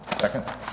Second